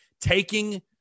taking